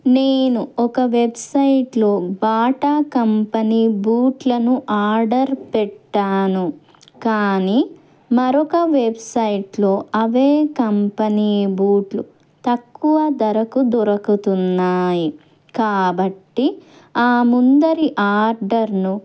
నేను ఒక వెబ్సైట్లో బాటా కంపెనీ బూట్లను ఆర్డర్ పెట్టాను కానీ మరొక వెబ్సైట్లో అవే కంపెనీ బూట్లు తక్కువ ధరకు దొరకుతున్నాయి కాబట్టి ఆ ముందరి ఆర్డర్ను